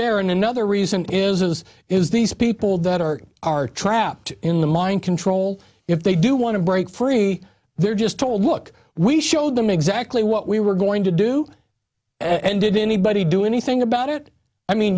there and another reason is is is these people that are are trapped in the mind control if they do want to break free they're just told look we showed them exactly what we were going to do and did anybody do anything about it i mean